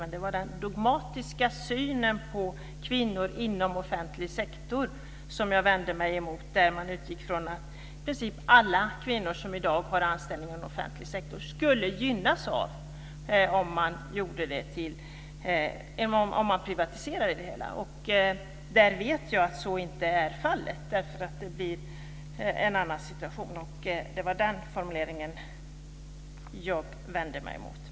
Men det var den dogmatiska synen på kvinnor inom offentlig sektor som jag vände mig mot, där man utgick från att i princip alla kvinnor som i dag har anställning inom offentlig sektor skulle gynnas av en privatisering. Jag vet att så inte är fallet, därför att det blir en annan situation. Det var den formuleringen som jag vände mig mot.